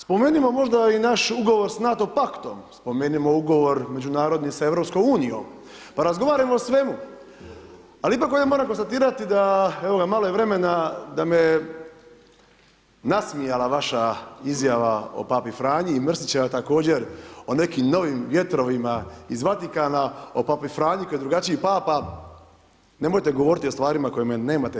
Spomenimo možda i naš ugovor s NATO paktom, spomenimo ugovor međunarodni s EU, pa razgovarajmo o svemu, ali ipak ovdje moram konstatirati da evo ga malo je vremena da me nasmijala vaša izjava o Papi Franji i Mrsićeva također o nekim novim vjetrovima iz Vatikana, o Papi Franji koji je drugačiji Papa, nemojte govoriti o stvarima o kojima nemate poima.